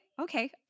okay